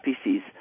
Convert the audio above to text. species